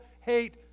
hate